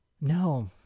No